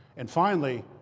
and finally,